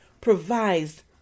provides